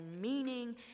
meaning